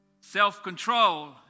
Self-control